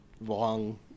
long